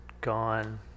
gone